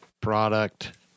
product